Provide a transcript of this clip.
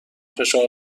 فشار